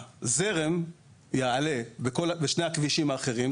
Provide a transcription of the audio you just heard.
הזרם יעלה בשני הכבישים האחרים,